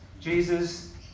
Jesus